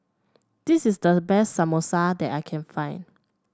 this is the best Samosa that I can find